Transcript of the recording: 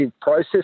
process